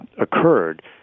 occurred